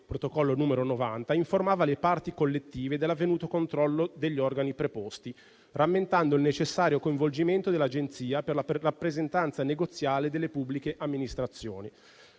protocollo n. 90, informava le parti collettive dell'avvenuto controllo degli organi preposti, rammentando il necessario coinvolgimento dell'Agenzia per la rappresentanza negoziale delle pubbliche amministrazioni.